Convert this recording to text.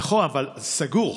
נכון, אבל סגור.